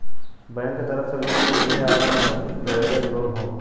bank के तरफ से लोन में मिले वाला मदद लेवरेज लोन हौ